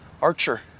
archer